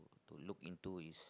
to look into is